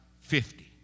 fifty